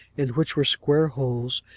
in which were square holes,